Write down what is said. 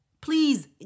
Please